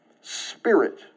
spirit